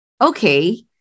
okay